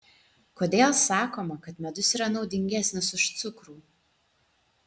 kodėl sakoma kad medus yra naudingesnis už cukrų